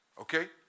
Okay